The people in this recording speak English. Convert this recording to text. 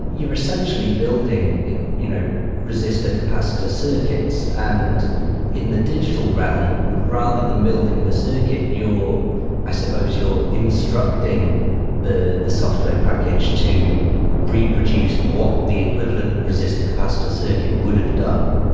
you're essentially building you know you know resistor capacitor circuits, and in the digital realm, rather than building the circuit, i suppose you're instructing the the software package to reproduce what the equivalent resistor capacitor circuit would've done.